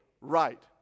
right